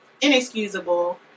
inexcusable